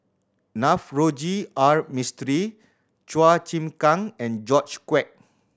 Navroji R Mistri Chua Chim Kang and George Quek